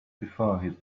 before